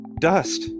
Dust